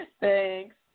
thanks